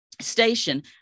station